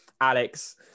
Alex